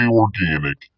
organic